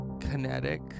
Kinetic